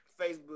Facebook